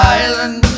island